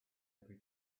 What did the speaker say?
every